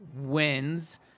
wins